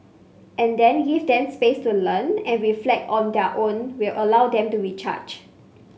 and then give them space to learn and reflect on their own will allow them to recharge